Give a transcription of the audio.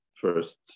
first